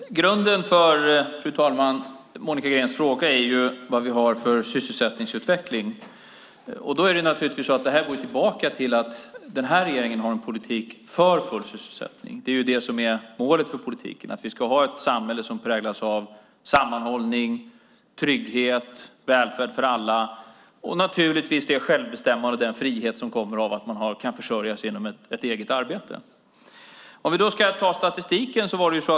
Fru talman! Grunden för Monica Greens fråga är vad vi har för sysselsättningsutveckling. Det här går tillbaka till att den här regeringen har en politik för full sysselsättning. Det är det som är målet för politiken, nämligen att vi ska ha ett samhälle som präglas av sammanhållning, trygghet, välfärd för alla och naturligtvis det självbestämmande och den frihet som kommer av att man kan försörja sig genom eget arbete. Låt oss då titta på statistiken.